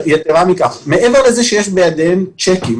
יתרה מכך, מעבר לזה שיש בידן צ'קים